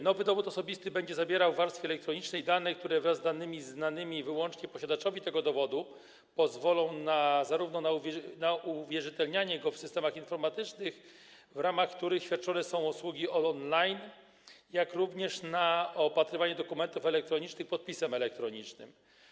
Nowy dowód osobisty będzie zawierał w warstwie elektronicznej dane, które, wraz z danymi znanymi wyłącznie posiadaczowi tego dowodu, pozwolą zarówno na uwierzytelnianie go w systemach informatycznych, w ramach których świadczone są usługi on-line, jak i na opatrywanie dokumentów elektronicznych podpisem elektronicznym.